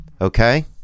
okay